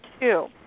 two